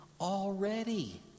already